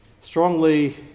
strongly